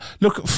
look